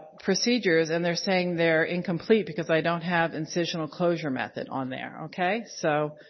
procedures and they're saying they're incomplete because i don't have incisional closure method on there, okay? so.